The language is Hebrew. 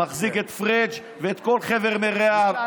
מחזיק את פריג' ואת כל חבר מרעיו,